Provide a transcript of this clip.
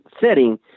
setting